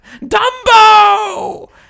Dumbo